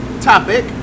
topic